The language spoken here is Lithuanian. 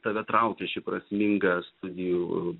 tave traukia ši prasminga studijų